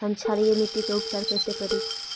हम क्षारीय मिट्टी के उपचार कैसे करी?